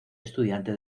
estudiante